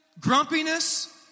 grumpiness